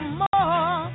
more